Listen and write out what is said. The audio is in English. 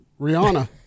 Rihanna